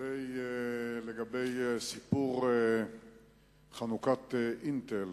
לגבי סיפור חנוכת "אינטל".